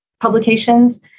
publications